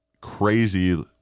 crazy